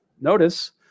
notice